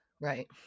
Right